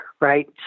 right